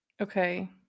Okay